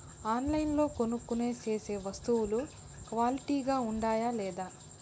ఆన్లైన్లో కొనుక్కొనే సేసే వస్తువులు క్వాలిటీ గా ఉండాయా లేదా?